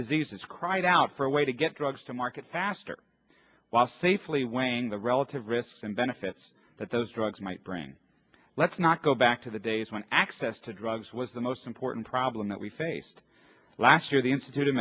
diseases cried out for a way to get drugs to market faster while safely weighing the relative risks and benefits that those drugs might bring let's not go back to the days when access to drugs was the most important problem that we faced last year the institute